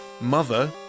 mother